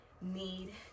need